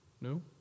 No